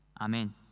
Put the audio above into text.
Amen